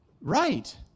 Right